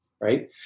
right